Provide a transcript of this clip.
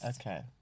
Okay